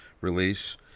release